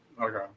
Okay